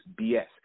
BS